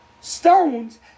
stones